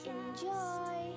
Enjoy